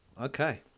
Okay